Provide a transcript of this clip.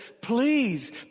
please